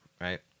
right